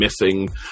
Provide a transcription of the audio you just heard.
missing